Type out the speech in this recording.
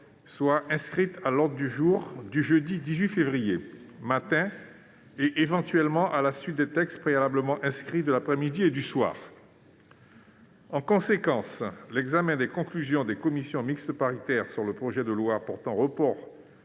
soit inscrite à l'ordre du jour du jeudi 18 février, matin, et, éventuellement, à la suite des textes préalablement inscrits de l'après-midi et du soir. En conséquence, l'examen des conclusions des commissions mixtes paritaires sur le projet de loi portant report